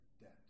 debt